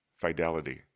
fidelity